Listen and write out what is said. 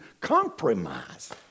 compromise